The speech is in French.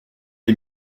des